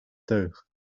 teug